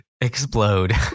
Explode